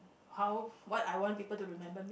how what I want people to remember me